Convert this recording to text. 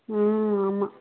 ம் ஆமாம்